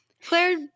Claire